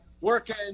working